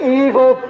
evil